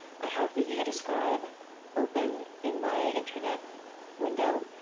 i have the youdescribe open in my internet window.